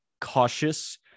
cautious